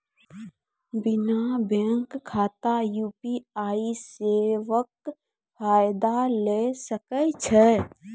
बिना बैंक खाताक यु.पी.आई सेवाक फायदा ले सकै छी?